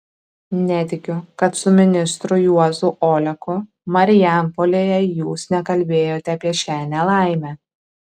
netikiu kad su ministru juozu oleku marijampolėje jūs nekalbėjote apie šią nelaimę